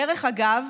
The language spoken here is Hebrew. דרך אגב,